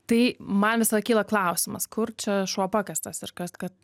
tai man visada kyla klausimas kur čia šuo pakastas ir kas kad